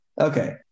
okay